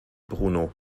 bruno